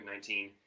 COVID-19